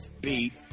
Beat